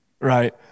Right